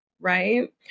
right